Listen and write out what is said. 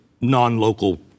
non-local